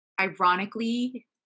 ironically